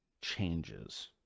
changes